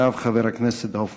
חבר הכנסת מיכאלי, בבקשה, אדוני.